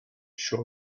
shaw